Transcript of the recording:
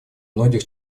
многих